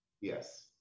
Yes